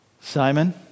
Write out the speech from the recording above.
Simon